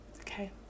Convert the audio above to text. Okay